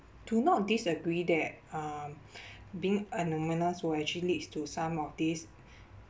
do not disagree that um being will actually leads to some of these